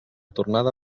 tornada